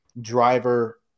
driver